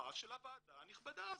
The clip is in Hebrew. לפיקוחה של הוועדה הנכבדה הזו.